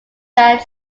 that